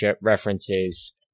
references